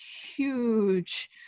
huge